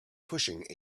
pushing